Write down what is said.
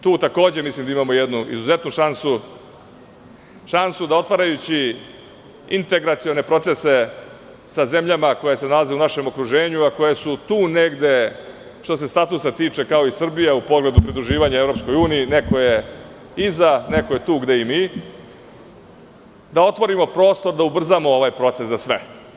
Tu takođe mislim da imamo jednu izuzetnu šansu, šansu da otvarajući integracione procese sa zemljama koje se nalaze u našem okruženju, a koje su tu negde što se statusa tiče kao i Srbija u pogledu pridruživanja EU, neko je iza neko je tu gde i mi, da otvorimo prostor da ubrzamo ovaj proces za sve.